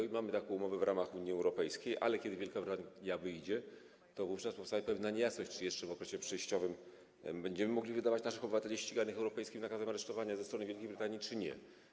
I mamy taką umowę w ramach UE, ale kiedy Wielka Brytania wyjdzie z UE, to wówczas powstanie pewna niejasność, czy jeszcze w okresie przejściowym będziemy mogli wydawać naszych obywateli ściganych europejskim nakazem aresztowania ze strony Wielkiej Brytanii, czy nie.